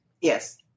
Yes